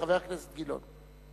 חבר הכנסת גילאון.